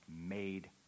made